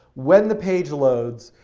when the page loads,